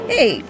Hey